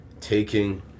taking